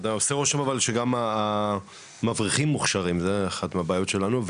עושה רושם אבל שגם המבריחים מוכשרים וזו אחת מהבעיות שלנו.